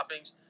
toppings